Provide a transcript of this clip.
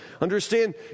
understand